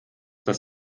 dass